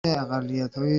اقلیتهای